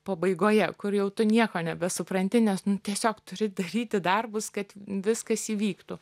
pabaigoje kur jau tu nieko nebesupranti nes nu tiesiog turi daryti darbus kad viskas įvyktų